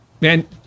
Man